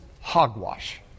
hogwash